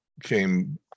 came